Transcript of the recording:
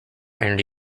energy